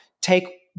take